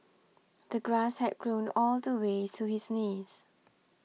the grass had grown all the way to his knees